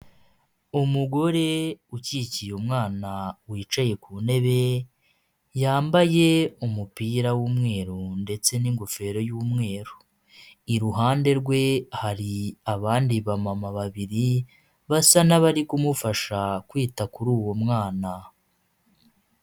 Umugore ukikiye umwana wicaye ku ntebe ,yambaye umupira w'umweru ndetse n'ingofero y'umweru iruhande rwe hari abandi ba mama babiri basa nkabari kumufasha kwita kuri uwo mwana.